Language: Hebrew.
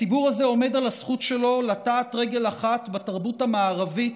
הציבור הזה עומד על הזכות שלו לטעת רגל אחת בתרבות המערבית,